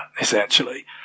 essentially